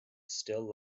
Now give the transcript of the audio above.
still